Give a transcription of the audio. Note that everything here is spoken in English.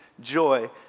Joy